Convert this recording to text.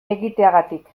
egiteagatik